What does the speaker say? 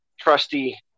trusty